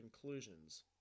conclusions